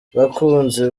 bakunzi